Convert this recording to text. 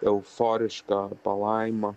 euforiška palaima